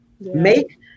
make